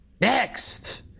Next